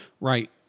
Right